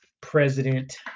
president